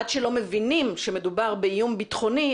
עד שלא מבינים שמדובר באיום ביטחוני,